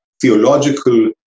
theological